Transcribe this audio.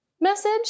Message